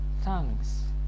thanks